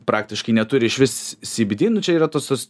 praktiškai neturi išvis sybydy nu čia yra tos tos